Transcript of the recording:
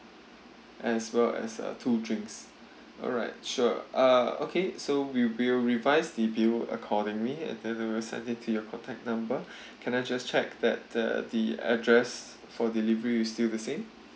as well as uh two drinks alright sure uh okay so we we'll revise the P_O accordingly and then we will send it to your contact number can I just check that the the address for delivery is still the same